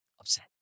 upset